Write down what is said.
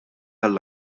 għall